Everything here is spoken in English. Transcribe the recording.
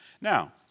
Now